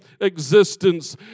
existence